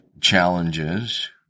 challenges